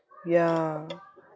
yeah